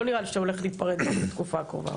נראה לי שאתה הולך להיפרד מהם בתקופה הקרובה,